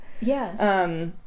Yes